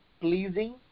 pleasing